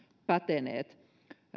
päteneet